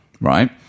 Right